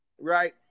Right